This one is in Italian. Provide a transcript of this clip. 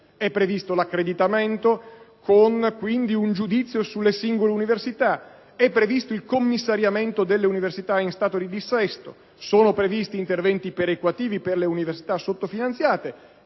È previsto l'accreditamento con un giudizio sulle singole università. È previsto il commissariamento delle università in stato di dissesto. Sono previsti interventi perequativi per le università sottofinanziate.